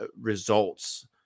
results